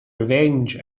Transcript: revenge